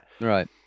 Right